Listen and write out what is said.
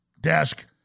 desk